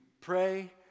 pray